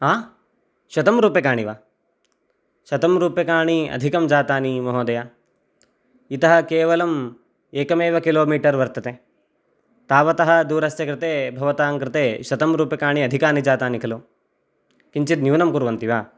हा शतं रूप्यकाणि वा शतं रूप्यकाणि अधिकं जातानि महोदय इतः केवलम् एकमेव किलोमीटर् वर्तते तावतः दूरस्य कृते भवतां कृते शतं रूप्यकाणि अधिकानि जातानि खलु किञ्चित् न्यूनं कुर्वन्ति वा